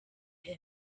him